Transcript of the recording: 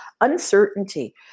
uncertainty